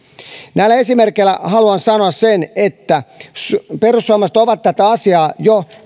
näillä esimerkeillä haluan sanoa sen että perussuomalaiset ovat tätä asiaa pitäneet esillä jo